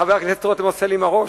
חבר הכנסת רותם עושה לי עם הראש,